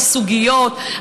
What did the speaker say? על סוגיות,